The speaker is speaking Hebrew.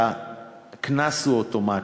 והקנס הוא אוטומטי.